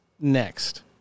next